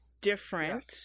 different